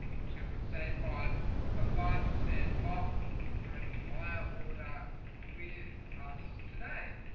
i'm just gonna put say five four five percent off your entire order with us today